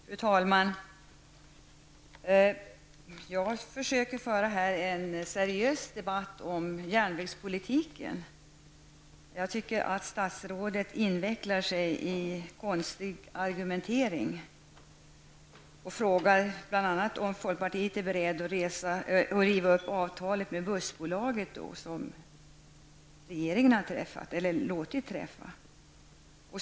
Fru talman! Jag försöker föra en seriös debatt om järnvägspolitiken. Jag tycker att statsrådet invecklar sig i konstig argumentering. Han frågar bl.a. om folkpartiet är berett att riva upp det avtal med bussbolaget som regeringen låtit träffa.